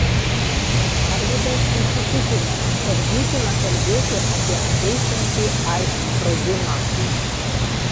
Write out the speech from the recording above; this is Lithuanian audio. arvydas įsitikinęs kad būtina kalbėti apie ateisiantį aids sprogimą